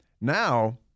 Now